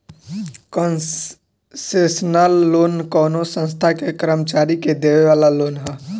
concessional loan कवनो संस्था के कर्मचारी के देवे वाला लोन ह